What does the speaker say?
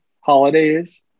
holidays